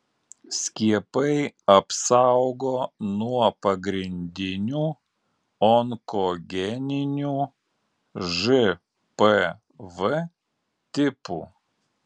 skiepai apsaugo nuo pagrindinių onkogeninių žpv tipų